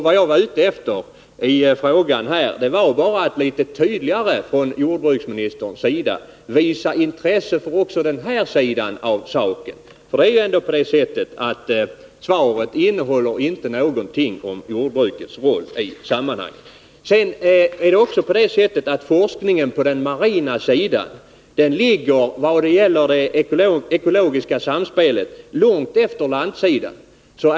Vad jag var ute efter i min fråga var att få jordbruksministern att litet tydligare visa sitt intresse för också den sidan av saken. Svaret innehåller inte någonting om jordbrukets roll i sammanhanget. Forskningen beträffande det ekologiska samspelet ligger på den marina EM sidan långt efter landsidan.